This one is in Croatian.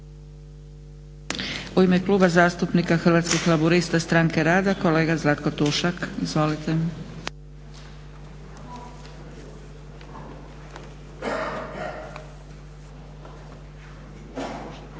U ime Kluba zastupnika Hrvatskih laburista-stranke rada, kolega Zlatko Tušak. Izvolite.